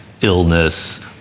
illness